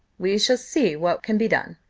we shall see what can be done.